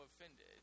offended